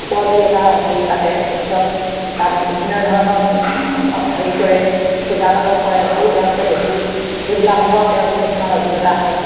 ফাকুৱা বুলি এটা হেৰি পাতে উৎসৱ তাত বিভিন্ন ধৰণৰ হেৰি কৰে পূজা পাতল কৰে সেইবোৰ তেওঁলোকে দেখি সেইবিলাকৰ পৰাও তেওঁলোকৰ কিছুমান অভিজ্ঞতা হয়